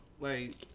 like-